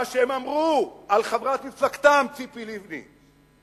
מה שהם אמרו על חברת מפלגתם ציפי לבני.